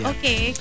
Okay